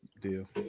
deal